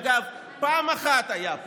אגב, פעם אחת זה קרה פה,